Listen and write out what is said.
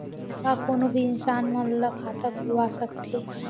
का कोनो भी इंसान मन ला खाता खुलवा सकथे?